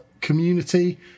community